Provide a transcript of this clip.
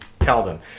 Calvin